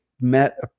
met